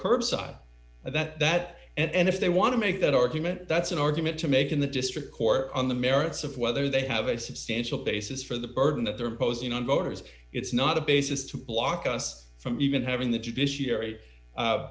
curbside that that and if they want to make that argument that's an argument to make in the district court on the merits of whether they have a substantial basis for the burden that they're imposing on voters it's not a basis to block us from even having the judicia